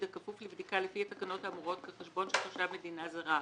הכפוף לבדיקה לפי התקנות האמורות כחשבון של תושב מדינה זרה,